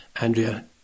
Andrea